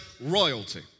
royalty